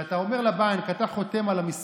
כל מה שאני אומר הוא תחת הכותרת שאני מניף